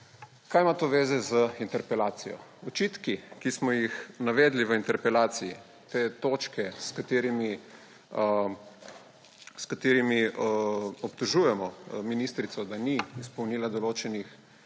Kaj ima to zveze z interpelacijo? Očitki, ki smo jih navedli v interpelaciji, te točke, s katerimi obtožujemo ministrico, da ni izpolnila določenih